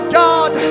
god